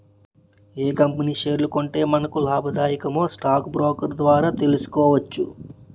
ఏ company షేర్లు కొంటే మనకు లాభాదాయకమో స్టాక్ బ్రోకర్ ద్వారా తెలుసుకోవచ్చు